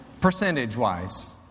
percentage-wise